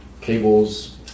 cables